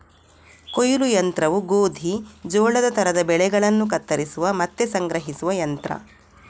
ಕೊಯ್ಲು ಯಂತ್ರವು ಗೋಧಿ, ಜೋಳದ ತರದ ಬೆಳೆಗಳನ್ನ ಕತ್ತರಿಸುವ ಮತ್ತೆ ಸಂಗ್ರಹಿಸುವ ಯಂತ್ರ